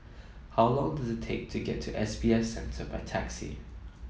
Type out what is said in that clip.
how long does it take to get to S B F Center by taxi